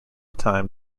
time